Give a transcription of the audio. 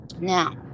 Now